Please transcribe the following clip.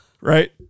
right